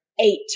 eight